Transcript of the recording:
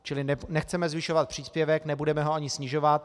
Čili nechceme zvyšovat příspěvek, nebudeme ho ani snižovat.